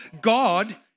God